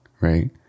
right